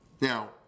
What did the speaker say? Now